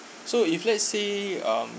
so if let's say um